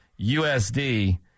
USD